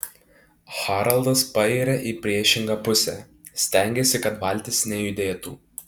haraldas pairia į priešingą pusę stengiasi kad valtis nejudėtų